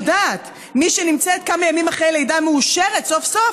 מי שנמצאת כמה ימים אחרי לידה מאושרת סוף-סוף,